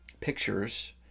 pictures